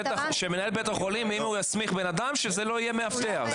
שמנהל בית החולים אם הוא יסמיך בן אדם שזה לא יהיה מאבטח,